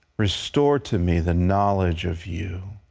restore to me the knowledge of you.